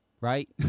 right